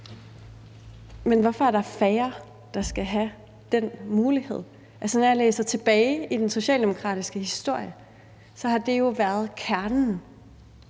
Hvorfor er der færre, der skal have den mulighed? Når jeg læser tilbage i Socialdemokraternes historie, har det jo været kernen,